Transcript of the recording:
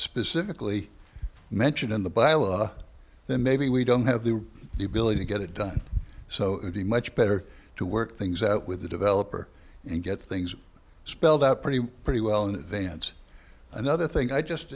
specifically mentioned in the bylaw then maybe we don't have the ability to get it done so it would be much better to work things out with the developer and get things spelled out pretty pretty well in advance another thing i just